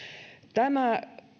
tämä